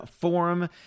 forum